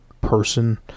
person